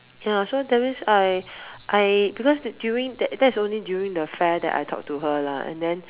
ya so that means I I because during that's only during the fair that I talk to her lah and then